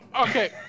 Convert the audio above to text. Okay